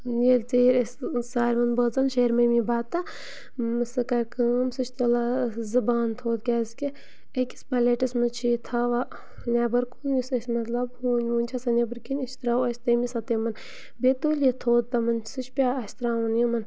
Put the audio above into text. ییٚلہِ ژیٖرۍ أسۍ سالِمَن بٲژَن شیرِ مٔمی بَتہٕ سُہ کَرِ کٲم سُہ چھِ تُلان زٕ بانہٕ تھوٚد کیٛازِکہِ أکِس پَلیٹَس مَنٛز چھِ یہِ تھاوان نٮ۪بَر کُن یُس أسۍ مطلب ہوٗنۍ ووٗنۍ چھِ آسان نٮ۪برٕ کِنۍ أسۍ چھِ ترٛاوان أسۍ تٔمی ساتہٕ تِمَن بیٚیہِ تُلہِ یہِ تھوٚد تِمَن سُہ چھُ پٮ۪وان اَسہِ ترٛاوُن یِمَن